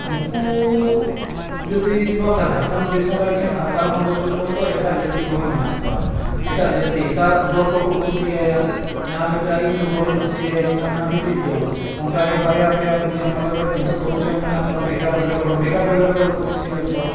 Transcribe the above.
ᱱᱩᱠᱩ ᱡᱩᱫᱤ ᱱᱚᱣᱟ ᱡᱷᱟᱲᱠᱷᱚᱸᱰ ᱫᱤᱥᱚᱢ ᱨᱮ ᱮᱠᱷᱮᱱ ᱥᱟᱱᱛᱟᱲ ᱢᱟ ᱵᱟᱹᱪᱩᱜ ᱵᱚᱱᱫᱚ ᱮᱴᱟᱜ ᱡᱟᱹᱛᱤ ᱠᱚᱦᱚᱸ ᱢᱮᱱᱟᱜ ᱠᱚᱣᱟ ᱮᱴᱟᱜ ᱡᱟᱹᱛᱤ ᱮᱴᱟᱜ ᱫᱚᱞ ᱠᱚᱠᱚ ᱠᱩᱥᱤᱭᱟᱭᱟ ᱡᱟᱦᱟᱸ ᱞᱮᱠᱟ ᱤᱧ ᱫᱚᱞᱤᱧ ᱠᱩᱥᱤᱭᱟᱭ ᱠᱟᱱᱟ ᱦᱟᱸᱜ ᱢᱤᱫᱴᱤᱡ ᱫᱚᱞ ᱚᱱᱠᱟᱜᱮ ᱵᱟᱨᱭᱟ ᱯᱮᱭᱟ ᱯᱩᱱᱭᱟ ᱢᱚᱬᱮ ᱜᱚᱴᱮᱡ ᱛᱤᱱᱟᱹᱜ ᱫᱚᱞ ᱪᱚᱝ ᱢᱮᱱᱟᱜ ᱠᱚᱣᱟ ᱵᱷᱮᱜᱟᱨ ᱵᱷᱮᱜᱟᱨ ᱦᱚᱲ ᱵᱷᱮᱜᱟᱨ ᱵᱷᱮᱜᱟᱨ ᱫᱚᱞ ᱠᱚ ᱠᱩᱥᱤᱭᱟᱠᱚᱣᱟ